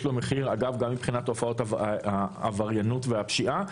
יש לו מחיר גם מבחינת תופעות העבריינות והפשיעה,